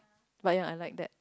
but ya I'm like that